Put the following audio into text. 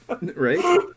right